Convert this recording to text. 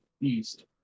east